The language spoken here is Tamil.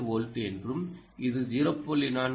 2 வோல்ட் என்றும் இது 0